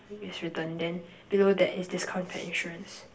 is written below that is discount pet insurance